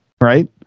right